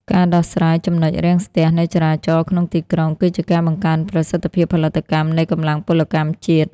ការដោះស្រាយ ចំណុចរាំងស្ទះ នៃចរាចរណ៍ក្នុងទីក្រុង គឺជាការបង្កើនប្រសិទ្ធភាពផលិតកម្មនៃកម្លាំងពលកម្មជាតិ។